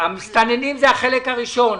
המסתננים זה החלק הראשון.